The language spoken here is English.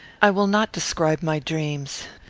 i will not describe my dreams.